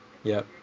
yup